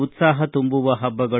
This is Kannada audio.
ಉತ್ಲಾಹ ತುಂಬುವ ಹಬ್ಬಗಳು